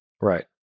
right